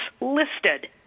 listed